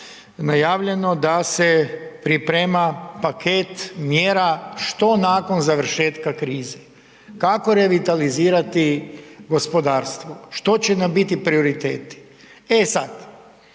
najavljeno da se priprema paket mjera što nakon završetka krize, kako revitalizirati gospodarstvo, što će nam biti prioriteti. E sad,